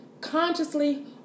consciously